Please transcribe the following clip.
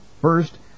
First